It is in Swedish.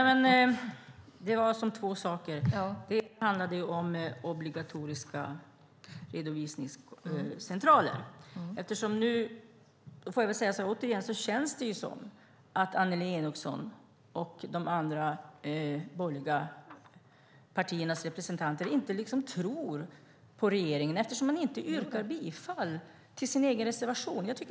Fru talman! Den ena frågan handlade om obligatoriska redovisningscentraler. Det känns som att Annelie Enochson och de andra borgerliga partiernas representanter inte tror på regeringen, eftersom man inte yrkar bifall till sin egen reservation.